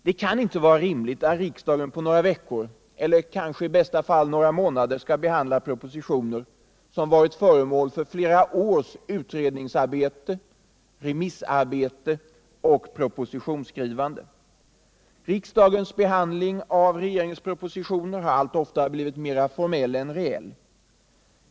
Det kan inte vara rimligt att riksdagen på några veckor eller i bästa fall några månader skall behandla propositioner som har varit föremål för flera års utredningsarbete, remissarbete och propositionsskrivande. Riksdagens behandling av regeringens propositioner har allt oftare blivit mera formell än reell.